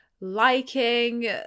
liking